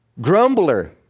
Grumbler